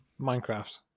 Minecraft